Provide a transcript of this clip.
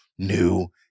new